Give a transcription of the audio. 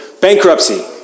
bankruptcy